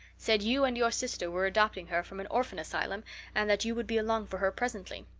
said you and your sister were adopting her from an orphan asylum and that you would be along for her presently.